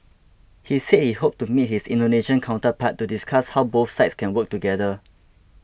he said he hoped to meet his Indonesian counterpart to discuss how both sides can work together